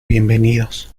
bienvenidos